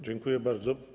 Dziękuję bardzo.